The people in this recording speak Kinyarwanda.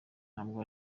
ntabwo